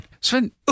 Sven